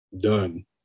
done